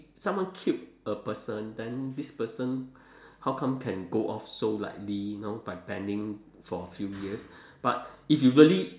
someone killed a person then this person how come can go off so lightly know by banning for a few years but if you really